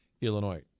Illinois